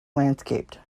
landscaped